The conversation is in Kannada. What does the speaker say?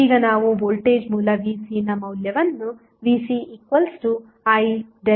ಈಗ ನಾವು ವೋಲ್ಟೇಜ್ ಮೂಲ Vcನ ಮೌಲ್ಯವನ್ನು Vc IΔRಸಂಪರ್ಕಿಸಿದ್ದೇವೆ